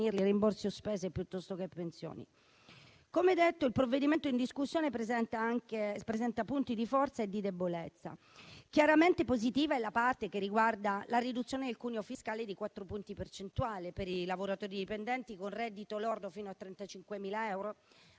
Come detto, il provvedimento in discussione presenta punti di forza e di debolezza. Chiaramente positiva è la parte che riguarda la riduzione del cuneo fiscale di 4 punti percentuali, per i lavoratori dipendenti con reddito lordo fino a 35.000 euro,